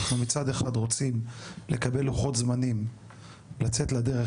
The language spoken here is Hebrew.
אנחנו מצד אחד רוצים לקבל לוחות זמנים לצאת לדרך,